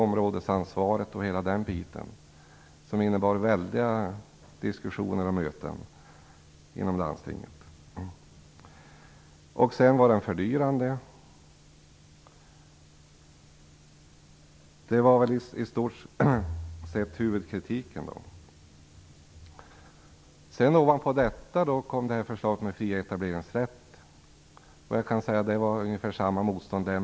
Områdesansvaret och hela den delen innebar väldiga diskussioner och möten inom landstinget. Dessutom var den fördyrande. Det var väl i stort sett huvudkritiken. Ovanpå detta kom förslaget om den fria etableringsrätten. Jag kan säga att det var ungefär samma motstånd där.